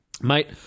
Mate